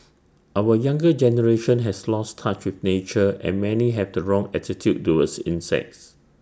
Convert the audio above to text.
our younger generation has lost touch with nature and many have the wrong attitude towards insects